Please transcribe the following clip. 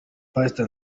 pastor